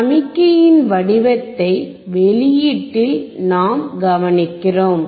சமிக்ஞையின் வடிவத்தை வெளியீட்டில் நாம் கவனிக்கிறோம்